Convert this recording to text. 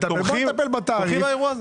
בואו נטפל בתעריף,